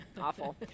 awful